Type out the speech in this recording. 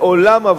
אבל מעולם,